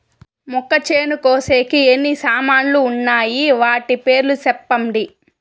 మొక్కచేను కోసేకి ఎన్ని సామాన్లు వున్నాయి? వాటి పేర్లు సెప్పండి?